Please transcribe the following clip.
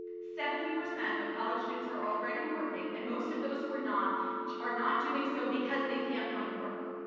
seventy percent of college students are already working and most of those who are not are not doing so because they can't find work.